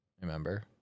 Remember